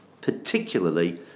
particularly